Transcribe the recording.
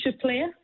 player